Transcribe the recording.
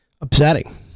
upsetting